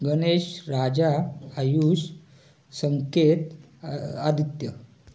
Ganesh Raja Ayush Sanket Aditya